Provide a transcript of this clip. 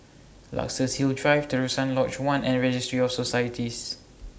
Luxus Hill Drive Terusan Lodge one and Registry of Societies